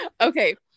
Okay